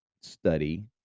study